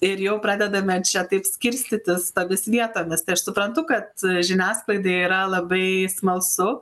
ir jau pradedame čia taip skirstytis tomis vietomis tai aš suprantu kad žiniasklaidai yra labai smalsu